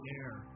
air